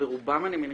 ברובם אני מניחה,